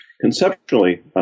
conceptually